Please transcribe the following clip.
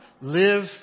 live